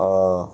err